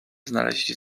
znaleźli